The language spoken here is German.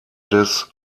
des